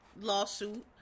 lawsuit